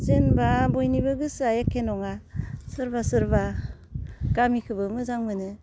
जेनेबा बयनिबो गोसोआ एखे नङा सोरबा सोरबा गामिखौबो मोजां मोनो